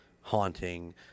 haunting